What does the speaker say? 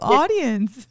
audience